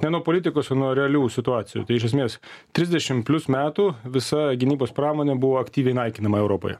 ne nuo politikos o nuo realių situacijų tai iš esmės trisdešimt plius metų visa gynybos pramonė buvo aktyviai naikinama europoje